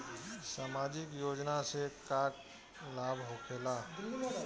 समाजिक योजना से का लाभ होखेला?